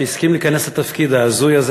שהסכים להיכנס לתפקיד ההזוי הזה.